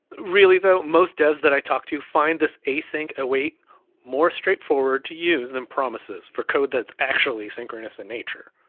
really though, most devs that i talked to find this async await more straightforward to use than promises for code that's actually synchronous in nature.